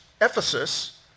Ephesus